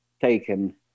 taken